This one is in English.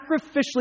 sacrificially